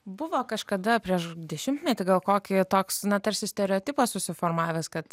buvo kažkada prieš dešimtmetį gal kokį toks na tarsi stereotipas susiformavęs kad